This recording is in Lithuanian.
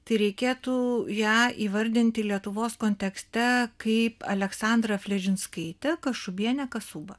tai reikėtų ją įvardinti lietuvos kontekste kaip aleksandrą fledžinskaitę kašubienę kasubą